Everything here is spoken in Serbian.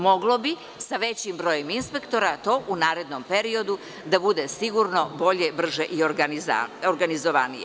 Moglo bi sa većim brojem inspektora to u narednom periodu da bude sigurno bolje, brže i organizovanije.